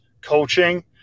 coaching